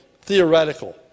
theoretical